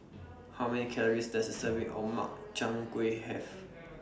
How Many Calories Does A Serving of Makchang Gui Have